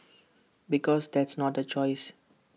because that's not A choice